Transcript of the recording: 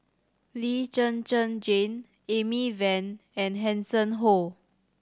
Lee Zhen Zhen Jane Amy Van and Hanson Ho